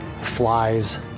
flies